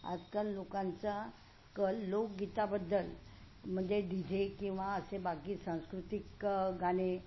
आजकाल लोकांचा कल लोकगीताबद्दल म्हणजे डी जे किंवा असे बाकी सांस्कृतिक गाणे